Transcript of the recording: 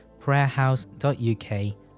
prayerhouse.uk